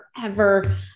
forever